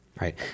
Right